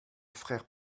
frère